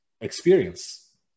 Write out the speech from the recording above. experience